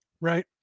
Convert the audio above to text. Right